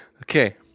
Okay